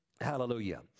Hallelujah